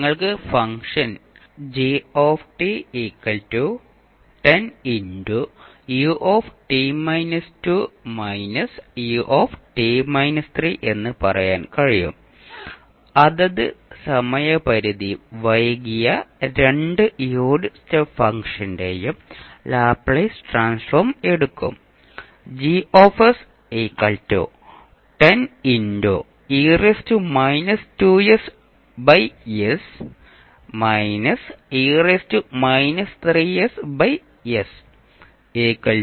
നിങ്ങൾക്ക് function g 10ut − 2 − ut − 3 എന്ന് പറയാൻ കഴിയും അതത് സമയപരിധി വൈകിയ രണ്ട് യൂണിറ്റ് സ്റ്റെപ്പ് ഫംഗ്ഷന്റെയും ലാപ്ലേസ് ട്രാൻസ്ഫോം എടുക്കാം